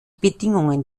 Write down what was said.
bedingungen